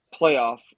playoff